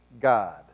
God